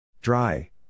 Dry